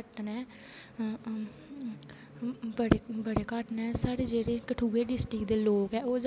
बड़ी घट्ट ना बडे़ घट्ट ना साढ़े जेहडे़ कठुआ डिस्ट्रिक्ट दे लोक ना ओह्